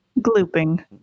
Glooping